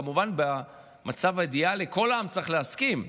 כמובן, במצב האידיאלי כל העם צריך להסכים.